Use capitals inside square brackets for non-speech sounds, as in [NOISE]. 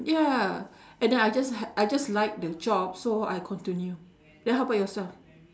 ya [BREATH] and then I just li~ I just like the job so I continue then how about yourself